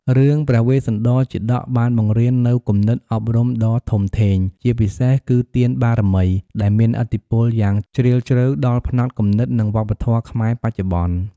រឿងព្រះវេស្សន្តរជាតកបានបង្រៀននូវគំនិតអប់រំដ៏ធំធេង ជាពិសេសគឺ ទានបារមី ដែលមានឥទ្ធិពលយ៉ាងជ្រាលជ្រៅដល់ផ្នត់គំនិត និងវប្បធម៌ខ្មែរបច្ចុប្បន្ន។